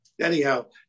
anyhow